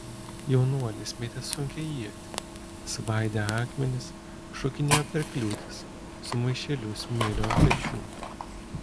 jaunuolis mėtė sunkią ietį svaidė akmenis šokinėjo per kliūtis su maišeliu smėlio ant pečių